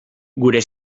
gure